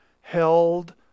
held